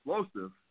explosive